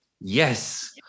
Yes